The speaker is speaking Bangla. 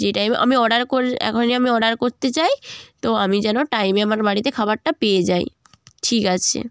যে টাইমে আমি অর্ডার এখনই আমি অর্ডার করতে চাই তো আমি যেন টাইমে আমার বাড়িতে খাবারটা পেয়ে যাই ঠিক আছে